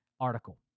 article